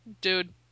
Dude